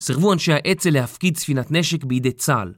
סרבו אנשי האצ"ל להפקיד ספינת נשק בידי צה״ל